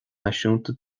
náisiúnta